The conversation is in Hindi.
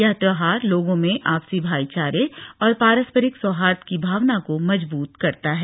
यह त्यौहार लोगों में आपसी भाईचारे और पारस्परिक सौहार्द की भावना को मजबूत करता है